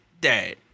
dad